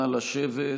נא לשבת.